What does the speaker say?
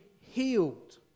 healed